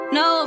no